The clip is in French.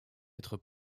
être